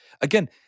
again